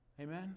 Amen